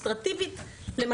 אדמיניסטרטיבית אולי אני כפופה